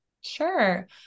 Sure